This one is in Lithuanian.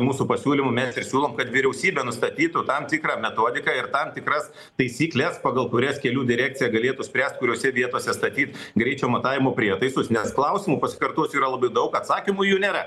mūsų pasiūlymu mes ir siūlom kad vyriausybė nustatytų tam tikrą metodiką ir tam tikras taisykles pagal kurias kelių direkcija galėtų spręst kuriose vietose statyt greičio matavimo prietaisus nes klausimų pasikartosiu yra labai daug atsakymų jų nėra